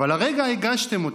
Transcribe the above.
אבל הרגע הגשתם אותו.